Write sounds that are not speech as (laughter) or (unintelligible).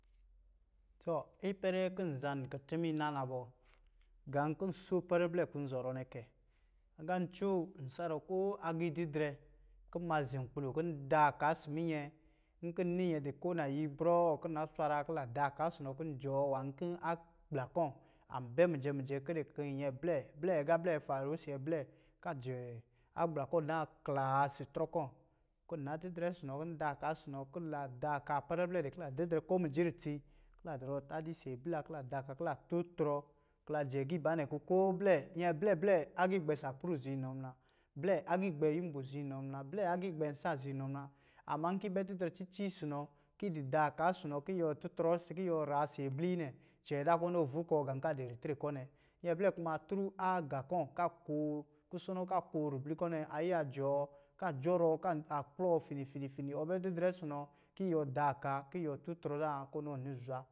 Tɔ, ipɛrɛ kim nza kutuma ina nabɔ, gā kɔ̄ so ipɛrɛ blɛ kɔ̄ zɔrɔ nɛ kɛ, agā ncoo n sarɔ koo agiididrɛ, kɔ̄ ma zi nkpi lo kɔ̄ da ka isi minyɛ. N kɔ̄ n ni nyɛ di ko nayibrɔɔ kɔ̄ na swaraa ki la da sinɔ, n jɔɔ nwā kɔ̄ a gbla kɔ̄ a bɛ mijɛ mijɛ kɛdɛ kɔ̄ nyɛ blɛ, blɛ agā blɛ faru isi nyɛ blɛ, ka jɛɛ agbla kɔ̄ naa waa si trɔ kɔ̄. Kɔ̄ na didrɛ isi nɔ ki n da ka si nɔ, ki la daa ka, ipɛrɛ blɛ dɛ kila didrɛ ko mijiri itsi, kila zɔrɔ tadi isi ibla, ki la da ka, kila tutrɔ, ki la jɛ giibanɛ kɔ̄ koo blɛ, nyɛ blɛ blɛ, agiigbɛ sapru ziinɔ muna, blɛ agiigbɛ yinbo ziinɔ muna, blɛ agiigbɛ nsa ziinɔ muna, amma nki yi bɛ didrɛ cici si nɔ, ki di da ka si nɔ, ki yuwɔ tutrɔ ki yuwɔ raa si bliyi nnɛ, cɛɛ za kɔ nɔ vukɔɔ gā ka di ritre kɔ̄ nɛ. Nyɛ blɛ kuma (unintelligible) a agā kɔ̄ ka koo, kusono ka koo ribli kɔ̄ nɛ, a yiya jɔɔ, ka jɔrɔɔ, ka a kplɔ fini fini fini, ɔ bɛ didrɛ si nɔ, ki yuwɔ da ka, ki yuwɔ tutrɔ zan ko noo ni zwa.